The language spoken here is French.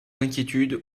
d’inquiétude